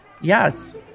Yes